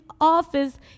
office